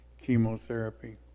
chemotherapy